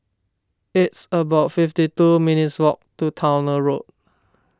it's about fifty two minutes' walk to Towner Road